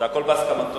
זה הכול בהסכמתו.